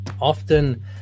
often